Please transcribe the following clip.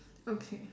okay